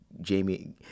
Jamie